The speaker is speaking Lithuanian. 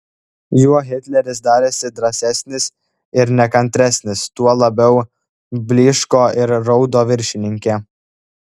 juo hitleris darėsi drąsesnis ir nekantresnis tuo labiau blyško ir raudo viršininkė